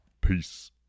Peace